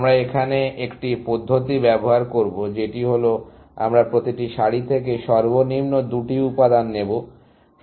আমরা এখানে একটি পদ্ধতি ব্যবহার করব যেটি হল আমরা প্রতিটি সারি থেকে সর্বনিম্ন দুটি উপাদান নেবো